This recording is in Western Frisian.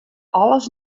alles